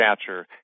stature